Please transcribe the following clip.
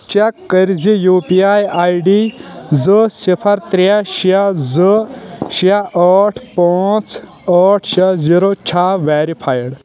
check کٔرزِ U P I I D زٕ صفر ترٛےٚ شیٚے زٕ شیٚے ٲٹھ پانٛژھ ٲٹھ شیٚے زیٖرو چھا ویرفایِڈ